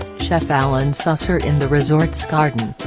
chef allen susser in the resort's garden.